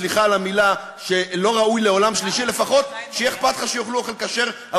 לפחות מאוכל כשר.